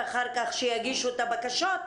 ואחר כך שיגישו את הבקשות,